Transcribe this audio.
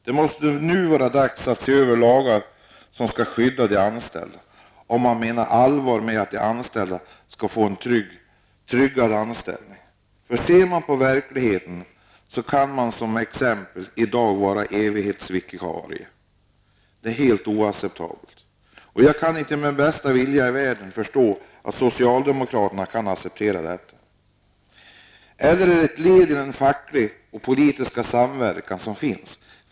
Det måste vara dags att nu se över de lagar som skall skydda de anställda om man menar allvar med att de anställda skall få en tryggare anställning. Ser man på verkligheten kan man i dag t.ex. vara evighetsvikarie. Det är helt oacceptabelt. Jag kan inte med bästa vilja i världen förstå att socialdemokraterna kan acceptera detta. Eller är det ett led i den fackligt politiska samverkan som finns?